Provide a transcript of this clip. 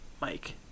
Mike